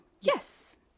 Yes